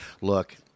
Look